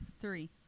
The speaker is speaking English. Three